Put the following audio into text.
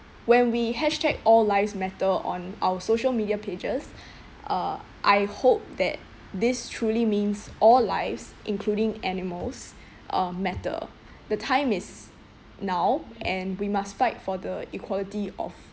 when we hashtag all lives matter on our social media pages uh I hope that this truly means all lives including animals uh matter the time is now and we must fight for the equality of